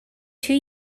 two